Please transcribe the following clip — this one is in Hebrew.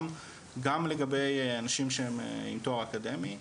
גם לגבי אנשים שהם עם תואר אקדמי.